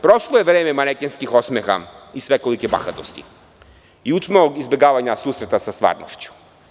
Prošlo je vreme manekenskih osmeha i svekolike bahatosti i učmalog izbegavanja susreta sa slabošću.